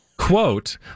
Quote